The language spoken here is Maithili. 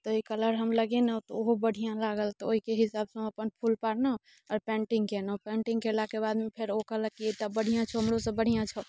तऽ ई कलर हम लगेलहुँ तऽ ओहो बढ़िआँ लागल तऽ ओहिके हिसाबसँ हम अपन फूल पारलहुँ आओर पेंटिंग केलहुँ पेंटिंग कयलाके बादमे फेर ओ कहलक कि ई तऽ बढ़िआँ छौ हमरोसँ बढ़िआँ छौ